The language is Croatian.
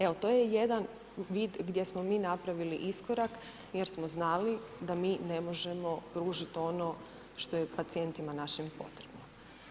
Evo to je jedan vid gdje smo mi napravili iskorak jer smo znali da mi ne možemo pružit ono što je pacijentima našim potrebno.